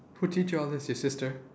who teach you all these your sister